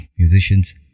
Musicians